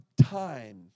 time